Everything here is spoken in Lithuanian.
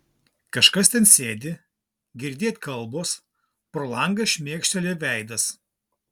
kažkas ten sėdi girdėt kalbos pro langą šmėkšteli veidas